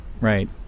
right